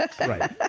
Right